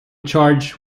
charged